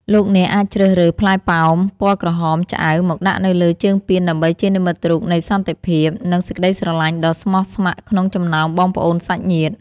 លោកអ្នកអាចជ្រើសរើសផ្លែប៉ោមពណ៌ក្រហមឆ្អៅមកដាក់នៅលើជើងពានដើម្បីជានិមិត្តរូបនៃសន្តិភាព និង សេចក្តីស្រឡាញ់ដ៏ស្មោះស្ម័គ្រក្នុងចំណោមបងប្អូនសាច់ញាតិ។